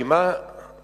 כי מה שקרה,